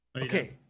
Okay